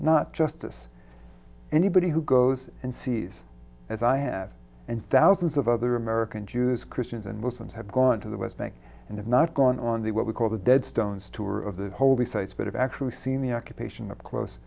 not justice anybody who goes and sees as i have and thousands of other american jews christians and muslims have gone to the west bank and have not gone on the what we call the dead stones tour of the holy sites but have actually seen the occupation a close